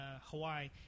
hawaii